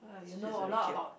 she's really cute